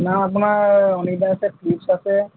আপোনাৰ অনিডা আছে ফিলিপছ আছে